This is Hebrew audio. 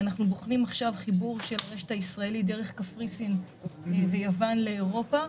אנחנו בוחנים עכשיו חיבור של הרשת הישראלית דרך קפריסין ויוון לאירופה,